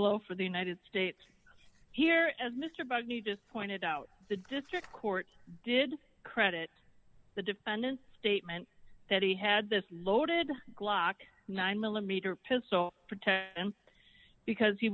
blow for the united states here as mr bout you just pointed out the district court did credit the defendant statement that he had this loaded glock nine millimeter pistol protect him because he